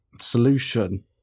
Solution